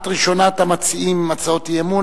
את ראשונת המציעים בהצעות האי-אמון,